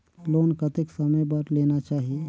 Loan कतेक समय बर लेना चाही?